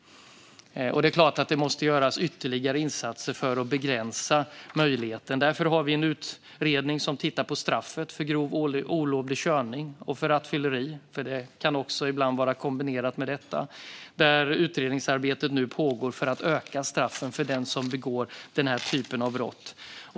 Det är klart att det måste göras ytterligare insatser för att begränsa risken. Därför finns en utredning som tittar över straff för grov olovlig körning och för rattfylleri - de kombineras ibland. Utredningsarbetet pågår för att öka straffen för dem som begår den typen av brott.